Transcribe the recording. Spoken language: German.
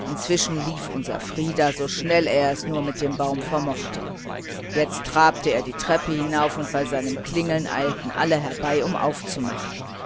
inzwischen lief unser frieder so schnell er es nur mit seinem baum vermochte jetzt trabte er die treppe herauf und bei seinem klingeln eilten alle herbei um aufzumachen